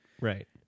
Right